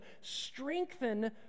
strengthen